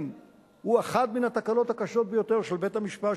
הוא אחת מן התקלות הקשות ביותר של בית-המשפט,